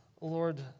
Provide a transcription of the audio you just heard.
Lord